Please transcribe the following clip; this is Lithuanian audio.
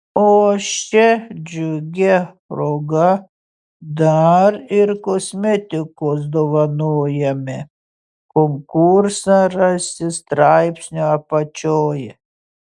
o šia džiugia proga dar ir kosmetikos dovanojame konkursą rasi straipsnio apačioje